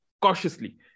cautiously